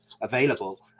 available